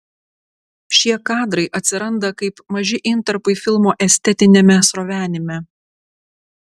šie kadrai atsiranda kaip maži intarpai filmo estetiniame srovenime